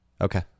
Okay